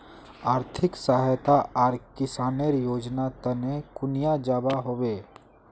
आर्थिक सहायता आर किसानेर योजना तने कुनियाँ जबा होबे?